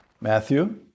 Matthew